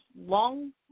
long